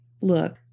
Look